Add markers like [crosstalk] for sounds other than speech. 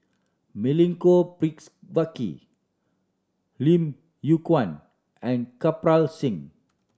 Milenko Picks [unintelligible] Lim Yew Kuan and Kirpal Singh